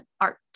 art